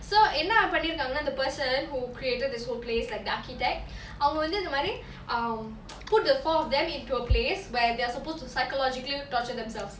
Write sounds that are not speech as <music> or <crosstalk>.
so என்னா பன்னிருகாங்கனா:ennaa pannirukaangana the person who created this whole place like the architect அவங்க வந்து இந்தமாரி:avanga vanthu inthamari um <noise> put the four of them into a place where they are supposed to psychologically torture themselves